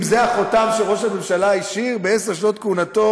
אם זה החותם שראש הממשלה השאיר בעשר שנות כהונתו,